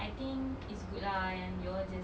I think it's good lah yang you all just